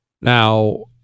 Now